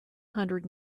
hundred